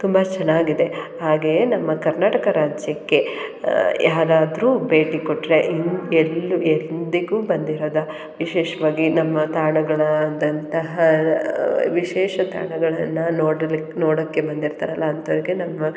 ತುಂಬ ಚೆನ್ನಾಗಿದೆ ಹಾಗೆಯೇ ನಮ್ಮ ಕರ್ನಾಟಕ ರಾಜ್ಯಕ್ಕೆ ಯಾರಾದರೂ ಭೇಟಿ ಕೊಟ್ಟರೆ ಎಲ್ಲೂ ಎಂದಿಗೂ ಬಂದಿರದ ವಿಶೇಷವಾಗಿ ನಮ್ಮ ತಾಣಗಳಾದಂತಹ ವಿಶೇಷ ತಾಣಗಳನ್ನು ನೋಡಲಿಕ್ಕೆ ನೋಡಕ್ಕೆ ಬಂದಿರ್ತಾರಲ್ಲ ಅಂಥವ್ರಿಗೆ ನಮ್ಮ